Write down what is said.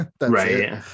right